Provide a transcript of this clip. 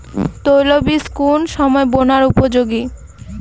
তৈল বীজ কোন সময় বোনার উপযোগী?